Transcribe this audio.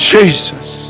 Jesus